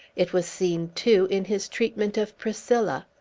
it was seen, too, in his treatment of priscilla.